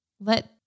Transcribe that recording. let